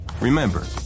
Remember